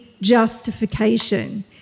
justification